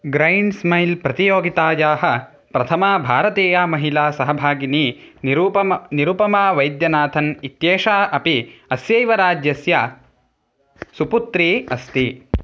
grind स्मैल् प्रतियोगितायाः प्रथमा भारतीया महिलासहभागिनी निरुपमा निरुपमा वैद्यनाथन् इत्येषा अपि अस्यैव राज्यस्य सुपुत्री अस्ति